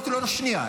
לא "שנייה".